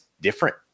different